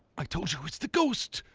i told you it's the ghost.